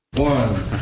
One